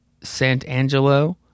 Sant'Angelo